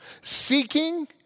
Seeking